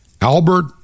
albert